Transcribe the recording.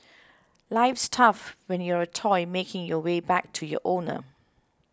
life's tough when you're a toy making your way back to your owner